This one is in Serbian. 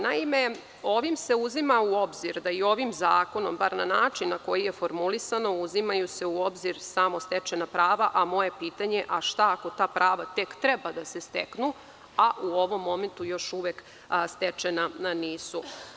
Naime, ovim se uzima u obzir da je ovim zakonom, bar na način na koji je formulisano, uzimaju se u obzir samo stečajna prava, a moje pitanje a šta ako ta prava tek treba da se steknu, a u ovom momentu još uvek stečena nisu?